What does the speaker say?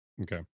Okay